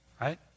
Right